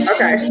Okay